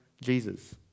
Jesus